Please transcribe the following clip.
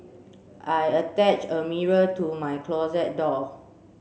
I attach a mirror to my closet door